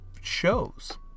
shows